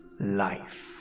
life